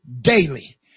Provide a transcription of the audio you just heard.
daily